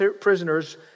prisoners